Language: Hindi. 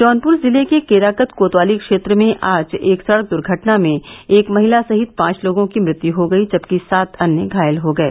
जौनपुर जिले के केराकत कोतवाली क्षेत्र में आज एक सड़क दुर्घटना में एक महिला सहित पांच लोगों की मृत्यु हो गयी जबकि सात अन्य घायल हो गये